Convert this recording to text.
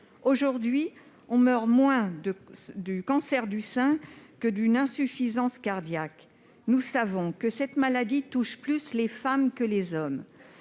Aujourd'hui, on meurt moins du cancer du sein que d'une insuffisance cardiaque. Nous savons que cette maladie touche plus les femmes que les hommes.